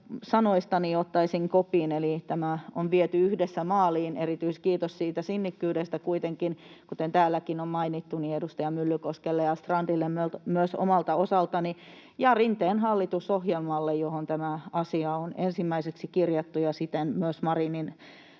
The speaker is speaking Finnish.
sanoista ottaisin kopin, eli tämä on viety yhdessä maaliin. Erityiskiitos siitä sinnikkyydestä kuitenkin, kuten täälläkin on mainittu, edustaja Myllykoskelle ja edustaja Strandille myös omalta osaltani ja Rinteen hallitusohjelmalle, johon tämä asia on ensimmäiseksi kirjattu ja siten myös Marinin